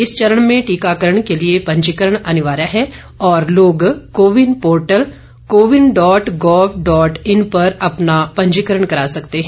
इस चरण में टीकाकरण के लिए पंजीकरण अनिवार्य है और लोग CoWIN portal CoWIN dot gov dot in पर अपना पंजीकरण करा सकते हैं